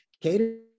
cater